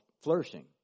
flourishing